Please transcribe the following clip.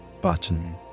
button